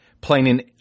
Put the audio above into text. playing